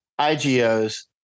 IGOs